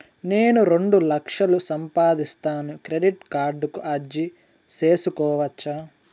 నేను రెండు లక్షలు సంపాదిస్తాను, క్రెడిట్ కార్డుకు అర్జీ సేసుకోవచ్చా?